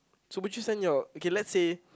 so would you send your okay let's say